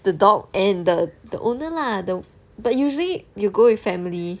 the dog and the the owner lah the but usually you go with family